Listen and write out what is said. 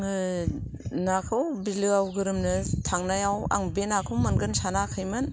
आङो नाखौ बिलोआव गोरोमनो थांनायाव आं बे नांगौ मोनगोन सानाखैमोन